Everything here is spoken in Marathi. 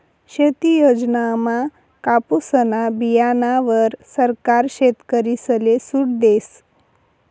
शेती योजनामा कापुसना बीयाणावर सरकार शेतकरीसले सूट देस